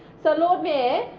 so lord mayor,